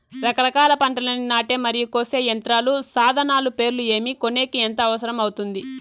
రకరకాల పంటలని నాటే మరియు కోసే యంత్రాలు, సాధనాలు పేర్లు ఏమి, కొనేకి ఎంత అవసరం అవుతుంది?